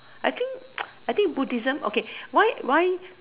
I think I think Buddhism okay why why